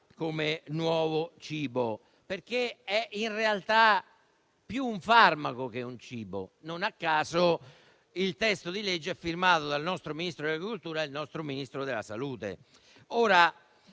come nuovo cibo, perché è in realtà più un farmaco che un cibo: non a caso, il testo di legge è firmato dal nostro Ministro dell'agricoltura e dal nostro Ministro della salute.